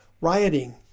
Rioting